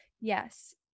Yes